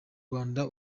rwanda